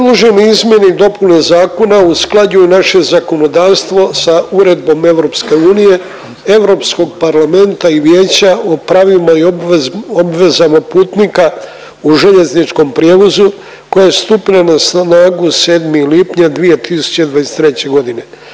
Predložene izmjene i zakona usklađuju naše zakonodavstvo sa Uredbom EU, Europskog parlamenta i Vijeća o pravima i obvezama putnika u željezničkom prijevozu koja je stupila na snagu 7. lipnja 2023.g..